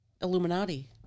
Illuminati